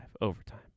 Overtime